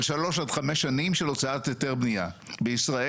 3-5 שנים של הוצאת היתר בניה בישראל,